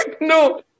No